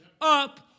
up